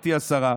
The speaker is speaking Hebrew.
גברתי השרה.